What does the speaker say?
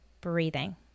breathing